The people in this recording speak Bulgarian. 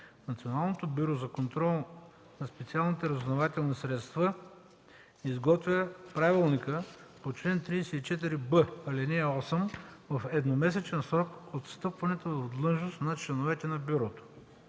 Националното бюро за контрол на специалните разузнавателни средства изготвя правилника по чл. 34б, ал. 8 в едномесечен срок от встъпването в длъжност на членовете на бюрото.